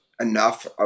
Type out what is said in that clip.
enough